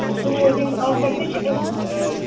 smoothing offer تہِ چھِ اَسہِ